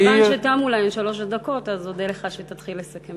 מכיוון שתמו להן שלוש הדקות אודה לך אם תתחיל לסכם.